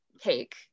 cake